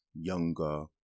younger